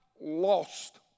lost